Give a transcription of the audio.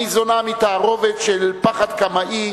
הניזונה מתערובות של פחד קמאי,